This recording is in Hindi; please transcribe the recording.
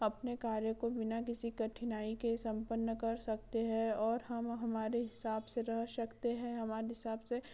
अपने कार्य को बिना किसी कठिनाई के सम्पन्न कर सकते हैं और हम हमारे हिसाब से रह सकते हैं हमारे हिसाब से